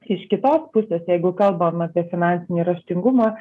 iš kitos pusės jeigu kalbam apie finansinį raštingumą